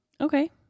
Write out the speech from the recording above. Okay